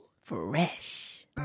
Fresh